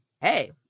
hey